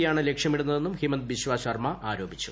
യെ ആണ് ലക്ഷ്യമിടുന്നതെന്നും ഹിമന്ത ബിശ്വ ശർമ്മ ആരോപിച്ചു